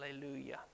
hallelujah